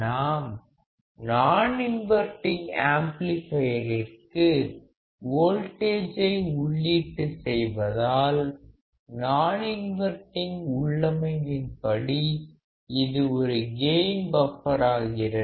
நாம் நான் இன்வர்டிங் ஆம்ப்ளிபையரிற்கு வோல்டேஜை உள்ளீட்டு செய்வதால் நான் இன்வர்டிங் உள்ளமைவின்படி இது ஒரு கெயின் பஃப்பராகிறது